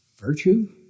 virtue